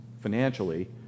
financially